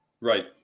Right